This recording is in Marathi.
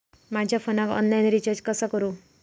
माझ्या फोनाक ऑनलाइन रिचार्ज कसा करू?